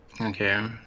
Okay